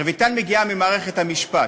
רויטל מגיעה ממערכת המשפט.